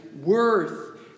worth